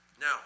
Now